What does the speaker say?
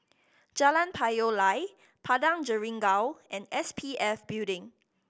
Jalan Payoh Lai Padang Jeringau and S P F Building